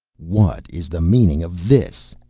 what is the meaning of this?